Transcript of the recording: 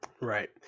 Right